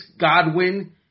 Godwin